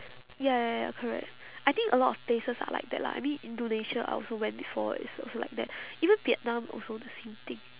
ya ya ya ya correct I think a lot of places are like that lah I mean indonesia I also went before it's also like that even vietnam also the same thing